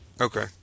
Okay